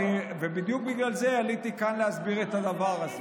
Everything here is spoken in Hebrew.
בדיוק בגלל זה עליתי לכאן, להסביר את הדבר הזה.